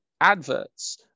adverts